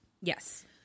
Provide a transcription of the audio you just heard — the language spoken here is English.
yes